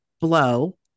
Blow